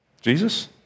jesus